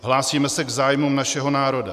Hlásíme se k zájmům našeho národa.